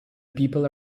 people